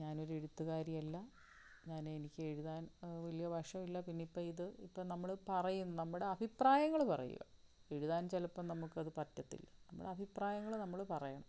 ഞാനൊരു എഴുത്തുകാരിയല്ല ഞാൻ എനിക്ക് എഴുതാൻ വലിയ വശം ഇല്ല പിന്നെ ഇപ്പം ഇത് ഇപ്പം നമ്മൾ പറയും നമ്മുടെ അഭിപ്രായങ്ങൾ പറയുക എഴുതാൻ ചിലപ്പം നമുക്കത് പറ്റത്തില്ല നമ്മൾ അഭിപ്രായങ്ങൾ നമ്മൾ പറയണം